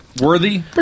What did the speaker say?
Worthy